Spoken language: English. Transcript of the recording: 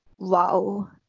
Wow